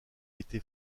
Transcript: été